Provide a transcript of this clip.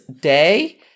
day